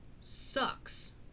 Sucks